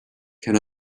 can